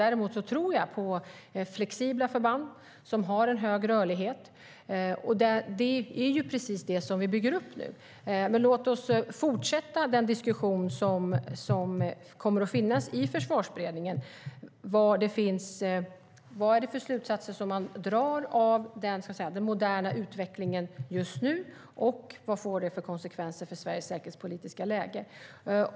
Däremot tror jag på flexibla förband som har en hög rörlighet, och det är ju precis det som vi nu bygger upp. Men låt oss fortsätta den diskussionen i Försvarsberedningen. Vad drar man för slutsatser av den moderna utvecklingen just nu, och vad får det för konsekvenser för Sveriges säkerhetspolitiska läge?